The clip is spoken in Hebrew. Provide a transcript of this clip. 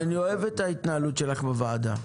אני אוהב את ההתנהלות שלך בוועדה,